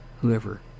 whoever